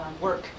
work